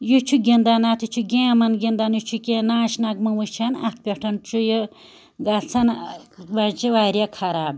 یہِ چھُ گِنٛدان اَتھ یہِ چھُ گیمَن گِنٛدان یہِ چھُ کیٚنٛہہ ناچ نَغمہٕ وُچھان اَتھ پٮ۪ٹھ چھُ یہِ گژھان ٲں بَچہٕ واریاہ خراب